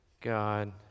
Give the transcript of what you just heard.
God